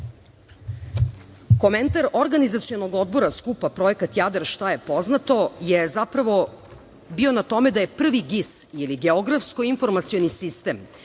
pustoš. Komentar Organizacionog odbora skupa Projekat "Jadar" - šta je poznato, je zapravo bio na tome da je prvi GIS, ili geografsko-informacioni sistem,